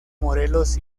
morelos